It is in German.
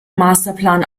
masterplan